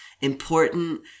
important